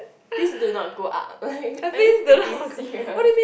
please do not go up like are you freaking serious